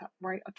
right